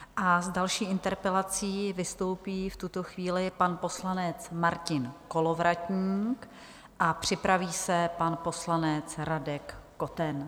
S další interpelací vystoupí v tuto chvíli pan poslanec Martin Kolovratník, připraví se pan poslanec Radek Koten.